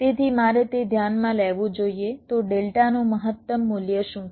તેથી મારે તે ધ્યાનમાં લેવું જોઈએ તો ડેલ્ટાનું મહત્તમ મૂલ્ય શું છે